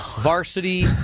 Varsity